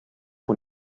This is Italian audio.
con